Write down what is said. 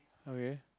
okay